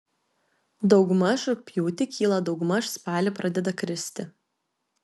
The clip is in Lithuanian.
daugmaž rugpjūtį kyla daugmaž spalį pradeda kristi